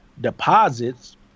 deposits